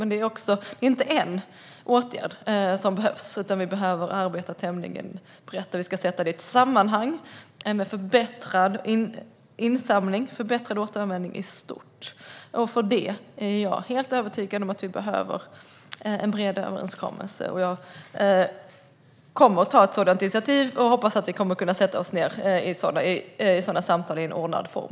Men det är inte en åtgärd som behövs, utan vi behöver arbeta tämligen brett. Vi ska sätta det i ett sammanhang med förbättrad insamling och återanvändning i stort. För detta är jag helt övertygad om att vi behöver en bred överenskommelse. Jag kommer att ta ett sådant initiativ, och jag hoppas att vi kommer att kunna sätta oss ned i sådana samtal i ordnad form.